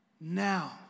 now